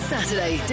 Saturday